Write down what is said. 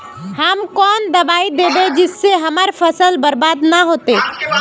हम कौन दबाइ दैबे जिससे हमर फसल बर्बाद न होते?